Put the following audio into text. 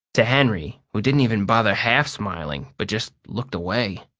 to henry, who didn't even bother half-smiling but just looked away.